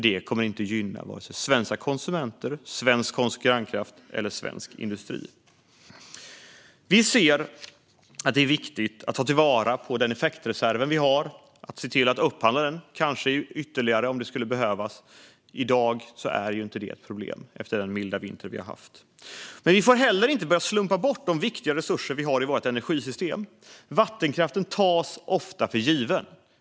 Det kommer inte att gynna vare sig svenska konsumenter, svensk konkurrenskraft eller svensk industri. Vi ser att det är viktigt att ta till vara den effektreserv vi har och kanske se till att upphandla ytterligare om det skulle behövas. I dag är inte detta ett problem efter den milda vinter vi har haft. Men vi får heller inte börja slumpa bort de viktiga resurser vi har i vårt energisystem. Vattenkraften tas ofta för given.